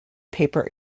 paper